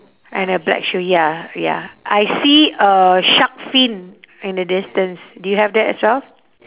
and a black shoe ya ya I see a shark fin in the distance do you have that as well